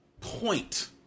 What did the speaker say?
Point